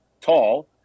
tall